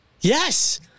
Yes